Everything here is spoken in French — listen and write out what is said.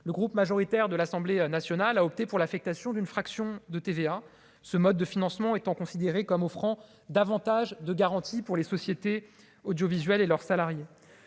le groupe majoritaire de l'Assemblée nationale a opté pour l'affectation d'une fraction de TVA ce mode de financement étant considérée comme offrant davantage de garanties pour les sociétés audiovisuelles et leurs salariés,